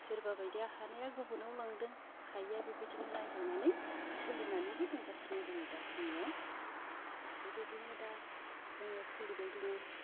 सोरबा बायदिया हानाया गुबुनाव लांदों हायिया बेबायदिनो नायजानानै सोलिनानैबो दंगासिनो दङ दा जोंनियाव बेबायदिनो दा जोङो सोलिबाय दङ